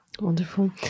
Wonderful